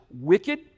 wicked